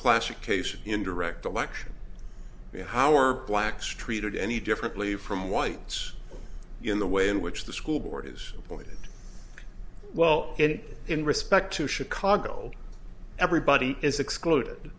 classic case of indirect election you know how are blacks treated any differently from whites in the way in which the school board is appointed well and in respect to chicago everybody is excluded